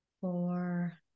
four